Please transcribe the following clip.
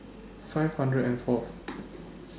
five hundred and Fourth